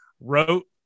wrote